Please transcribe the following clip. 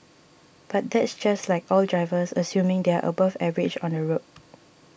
but that's just like all drivers assuming they are above average on the road